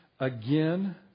Again